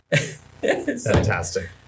Fantastic